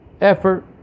Effort